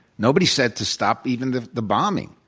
nobody said to stop even the the bombing.